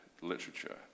literature